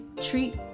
treat